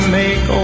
make